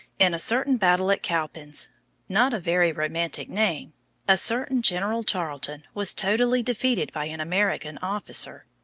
in a certain battle at cowpens not a very romantic name a certain general tarleton was totally defeated by an american officer,